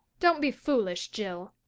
don't be foolish, jill.